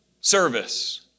service